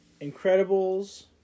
Incredibles